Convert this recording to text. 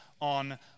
on